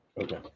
Okay